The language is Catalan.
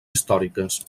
històriques